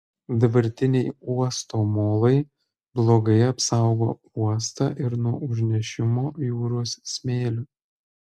dabartiniai uosto molai blogai apsaugo uostą ir nuo užnešimo jūros smėliu